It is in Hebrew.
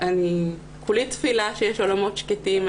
כולי תפילה שיש עולמות שקטים.